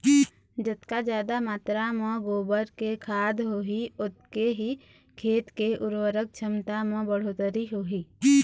जतका जादा मातरा म गोबर के खाद होही ओतके ही खेत के उरवरक छमता म बड़होत्तरी होही